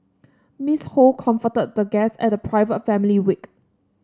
Miss Ho comforted the guests at the private family wake